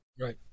Right